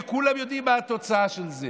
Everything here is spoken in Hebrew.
וכולם יודעים מה התוצאה של זה.